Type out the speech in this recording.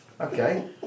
Okay